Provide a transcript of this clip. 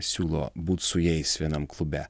siūlo būt su jais vienam klube